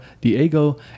Diego